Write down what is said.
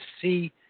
see